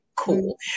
Cool